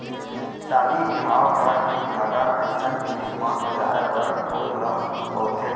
सादी बिहाव, घर के उद्घाटन अइसन जिनिस म सजाए बर फूल ल बउरथे